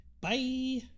Bye